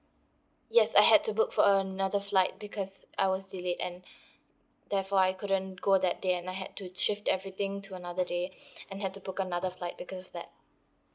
yes I had to book for another flight because I was delayed and therefore I couldn't go that day and I had to shift everything to another day and had to book another flight because of that